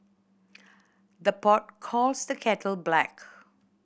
the pot calls the kettle black